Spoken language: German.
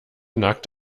nagt